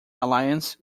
alliance